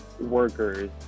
workers